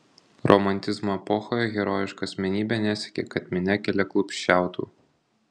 romantizmo epochoje herojiška asmenybė nesiekė kad minia keliaklupsčiautų